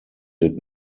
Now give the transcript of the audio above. did